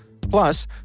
Plus